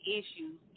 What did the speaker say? issues